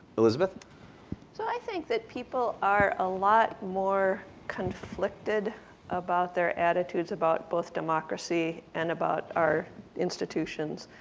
elizabeth so i think that people are a lot more conflicted about their attitudes about both democracy and about our institutions.